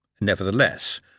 Nevertheless